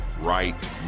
right